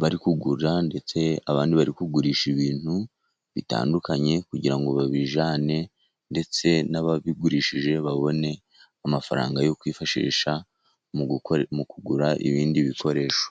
bari kugura, ndetse abandi bari kugurisha ibintu bitandukanye kugira ngo babijyane, ndetse n'ababigurishije babone amafaranga yo kwifashisha, mu mu kugura ibindi bikoresho.